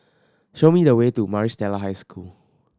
show me the way to Maris Stella High School